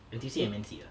N_T_U_C M_N_C ah